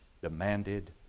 demanded